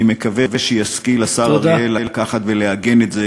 אני מקווה שישכיל השר אריאל לקחת ולעגן את זה